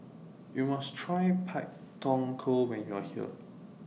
YOU must Try Pak Thong Ko when YOU Are here